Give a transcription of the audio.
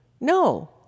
No